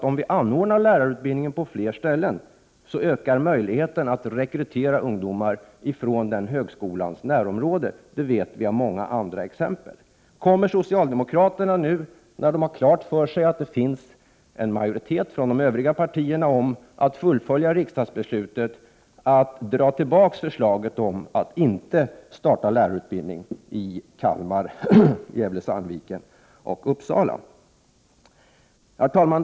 Om vi arrangerar lärarutbildning på fler ställen ökar möjligheten att rekrytera ungdomar från den högskolans närområde. Det vet vi av många andra exempel. Kommer socialdemokraterna nu, när de har klart för sig att det finns en majoritet från de övriga partierna, att fullfölja riksdagsbeslutet om att dra tillbaka förslaget om att inte starta lärarutbildning i Kalmar, Gävle/Sandviken och Uppsala? Herr talman!